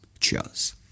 Cheers